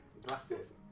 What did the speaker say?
glasses